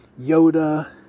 Yoda